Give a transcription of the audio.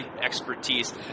expertise